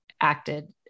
acted